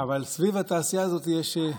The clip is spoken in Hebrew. אבל סביב התעשייה הזאת יש,